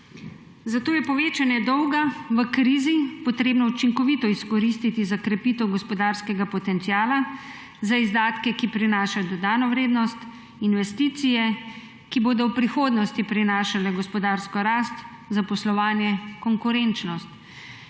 Zato je povečanje dolga v krizi potrebno učinkovito izkoristiti za krepitev gospodarskega potenciala za izdatke, ki prinašajo dodano vrednost, investicije, ki bodo v prihodnosti prinašale gospodarsko rast za poslovanje, konkurenčnost,